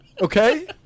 Okay